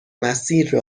مسیر